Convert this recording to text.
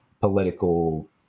political